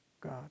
God